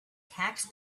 tax